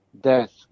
death